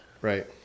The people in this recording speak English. Right